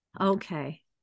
okay